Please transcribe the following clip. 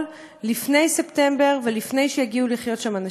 לפני ספטמבר ולפני שיגיעו לחיות שם אנשים.